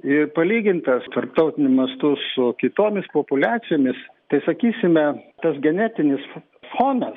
ir palygintas tarptautiniu mastu su kitomis populiacijomis tai sakysime tas genetinis fonas